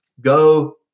Go